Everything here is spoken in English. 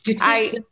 I-